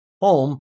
home